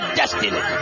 destiny